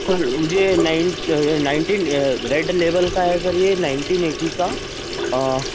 sir ये nine nineteen red label का sir ये नाइंटीन एटी का और